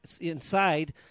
inside